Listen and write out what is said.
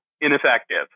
ineffective